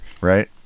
Right